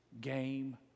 game